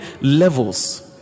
levels